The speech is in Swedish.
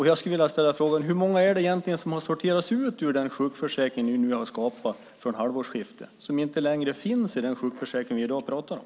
Jag skulle vilja ställa frågan: Hur många är det egentligen som har sorterats ut ur den sjukförsäkring ni nu har skapat från halvårsskiftet och som inte längre finns i den sjukförsäkring vi i dag pratar om?